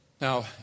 Now